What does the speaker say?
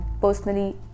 personally